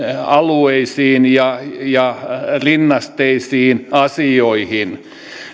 alueisiin ja ja rinnasteisiin asioihin